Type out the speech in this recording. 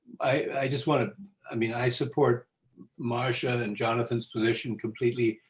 i just want to i mean, i support marsha and jonathan's position completely.